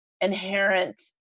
inherent